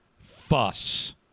Fuss